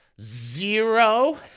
zero